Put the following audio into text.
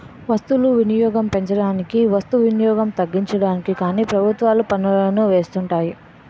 వస్తువులు వినియోగం పెంచడానికి వస్తు వినియోగం తగ్గించడానికి కానీ ప్రభుత్వాలు పన్నులను వేస్తుంటాయి